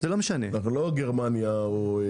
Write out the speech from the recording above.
אנחנו לא גרמניה או איטליה.